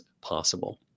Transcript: possible